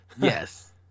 Yes